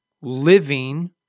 living